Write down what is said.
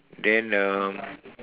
then um